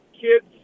kids